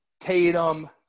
Tatum